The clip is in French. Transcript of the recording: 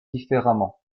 différemment